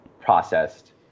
processed